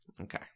Okay